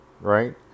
right